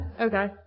Okay